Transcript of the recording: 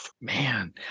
man